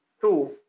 Two